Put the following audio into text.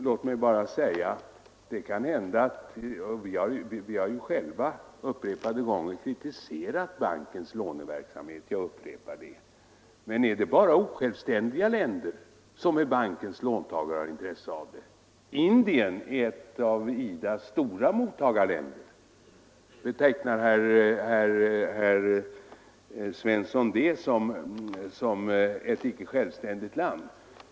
Låt mig emellertid också erinra om, herr talman, att vi själva upprepade gånger har kritiserat Världsbankens låneverksamhet. Men är det bara osjälvständiga länder som är bankens låntagare och som har intresse av låneverksamheten? Indien är ett av IDA:s stora mottagarländer. Betecknar herr Svensson Indien som ett icke självständigt land?